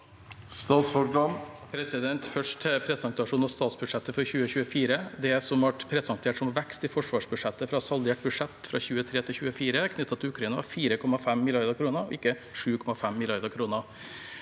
Først til pre- sentasjonen av statsbudsjettet for 2024: Det som ble presentert som vekst i forsvarsbudsjettet fra saldert budsjett for 2023 til 2024 knyttet til Ukraina, var 4,5 mrd. kr og ikke 7,5 mrd. kr.